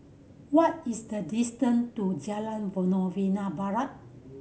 what is the distant to Jalan Novena Barat